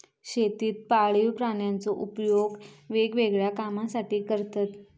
शेतीत पाळीव प्राण्यांचो उपयोग वेगवेगळ्या कामांसाठी करतत